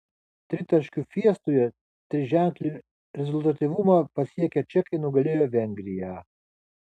tritaškių fiestoje triženklį rezultatyvumą pasiekę čekai nugalėjo vengriją